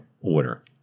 order